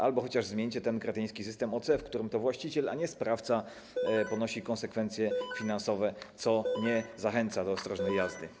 Albo chociaż zmieńcie ten kretyński system OC, w którym to właściciel, a nie sprawca ponosi konsekwencje finansowe, co nie zachęca do ostrożnej jazdy.